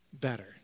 better